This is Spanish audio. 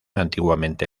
antiguamente